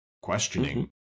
questioning